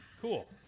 Cool